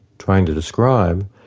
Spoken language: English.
trying to describe,